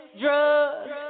drugs